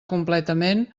completament